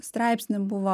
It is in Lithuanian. straipsny buvo